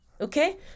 Okay